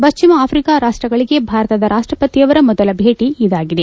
ಪಶ್ಚಿಮ ಅಫ್ರಿಕಾ ರಾಷ್ಟ್ಮಗಳಿಗೆ ಭಾರತದ ರಾಷ್ಟ್ಮಪತಿಯವರ ಮೊದಲ ಭೇಟಿ ಇದಾಗಿದೆ